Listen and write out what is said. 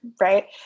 right